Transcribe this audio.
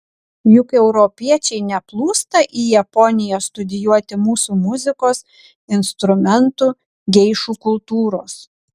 juk europiečiai neplūsta į japoniją studijuoti mūsų muzikos instrumentų geišų kultūros